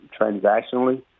transactionally